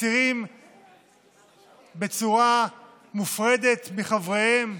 בצורה מופרדת מחבריהם,